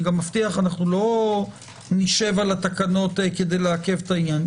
אני גם מבטיח - גם לא נשב על התקנות כדי לעכב את העניין.